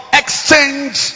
exchange